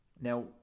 now